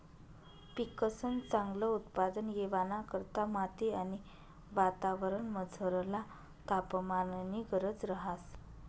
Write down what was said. पिकंसन चांगल उत्पादन येवाना करता माती आणि वातावरणमझरला तापमाननी गरज रहास